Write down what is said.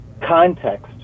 context